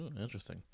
Interesting